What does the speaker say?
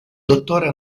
dottore